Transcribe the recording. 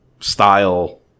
style